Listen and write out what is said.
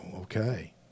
okay